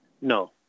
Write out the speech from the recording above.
No